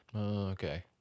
Okay